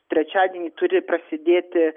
trečiadienį turi prasidėti